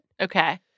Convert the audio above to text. Okay